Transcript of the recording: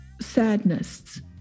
sadness